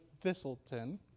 Thistleton